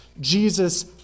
Jesus